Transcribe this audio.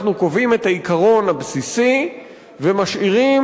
אנחנו קובעים את העיקרון הבסיסי ומשאירים